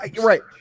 right